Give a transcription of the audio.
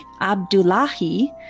Abdullahi